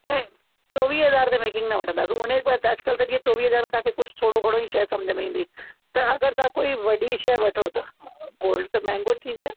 ऐं चोवीह हज़ार ते मेकिंग न वठंदासीं उन खां पोइ अॼु कल्ह त जीअं चोवीह हज़ार में कुझु थोरो घणो ई शइ समुझ में ईंदी त अगरि तव्हां कोई वॾी शइ वठो था गोल्ड त महांगो थी वियो आहे